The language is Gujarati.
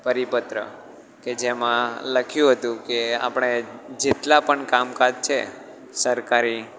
પરિપત્ર કે જેમાં લખ્યું હતું કે આપણે જેટલાં પણ કામકાજ છે સરકારી